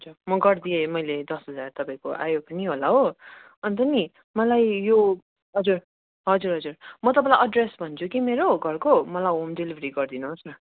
म गरिदिएँ मैले दस हजार तपाईँको आयो पनि होला हो अन्त नि मलाई यो हजुर हजुर हजुर म तपाईँलाई एड्रेस भन्छु कि मेरो घरको मलाई होम डेलिभरी गरिदिनुहोस् न